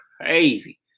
crazy